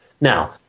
Now